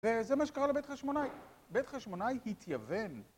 וזה מה שקרה לבית חשמונאי, בית חשמונאי התייוון